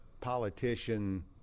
politician